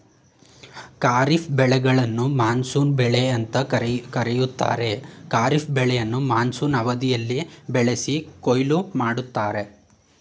ಖಾರಿಫ್ ಬೆಳೆಗಳನ್ನು ಮಾನ್ಸೂನ್ ಬೆಳೆ ಅಂತ ಕರೀತಾರೆ ಖಾರಿಫ್ ಬೆಳೆಯನ್ನ ಮಾನ್ಸೂನ್ ಅವಧಿಯಲ್ಲಿ ಬೆಳೆಸಿ ಕೊಯ್ಲು ಮಾಡ್ತರೆ